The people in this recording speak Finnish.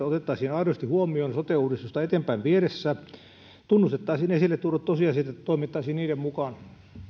asioita otettaisiin aidosti huomioon sote uudistusta eteenpäin vietäessä tunnustettaisiin esille tuodut tosiasiat ja toimittaisiin niiden mukaan